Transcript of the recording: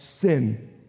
sin